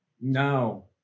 No